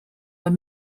were